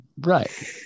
Right